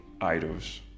idols